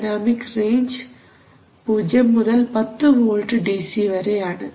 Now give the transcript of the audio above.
dynamic range 0 മുതൽ 10 volt DC വരെ ആണ്